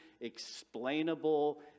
explainable